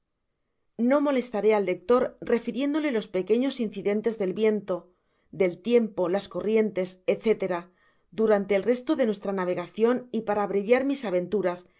no molestaré al lector refiriéndole los pequeños incidentes del viento del tiempo las corrientes etc durante el resto de nuestra navegacion y para abreviar mis aventuras